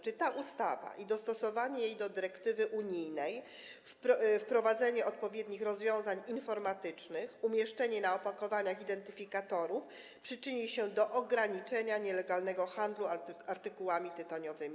Czy ta ustawa i dostosowanie jej do dyrektywy unijnej, wprowadzenie odpowiednich rozwiązań informatycznych, umieszczenie na opakowaniach identyfikatorów, przyczyni się do ograniczenia nielegalnego handlu artykułami tytoniowymi?